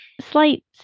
slight